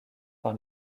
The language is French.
par